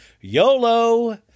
YOLO